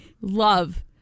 love